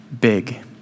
big